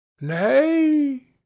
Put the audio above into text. Nay